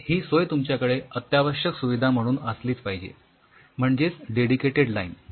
तर ही सोय तुमच्याकडे अत्यावश्यक सुविधा म्हणून असलीच पाहिजे म्हणजेच डेडिकेटेड लाईन